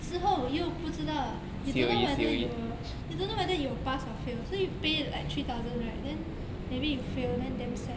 之后又不知道 you don't know whether you will you don't know whether you will pass or fail so you pay like three thousand right then maybe you fail then damn sad